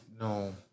No